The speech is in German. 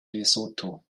lesotho